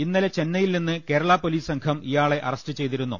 ഇന്നലെ ചെന്നൈയിൽനിന്ന് കേരളാപൊലീസ് സംഘം ഇയാളെ അറസ്റ്റ് ചെയ്തിരുന്നു